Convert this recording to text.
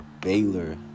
Baylor